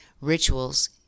Rituals